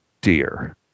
dear